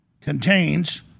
contains